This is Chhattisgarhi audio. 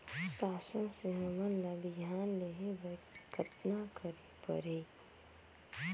शासन से हमन ला बिहान लेहे बर कतना करे परही?